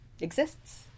exists